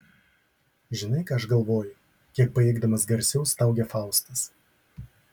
žinai ką aš galvoju kiek pajėgdamas garsiau staugia faustas